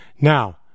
Now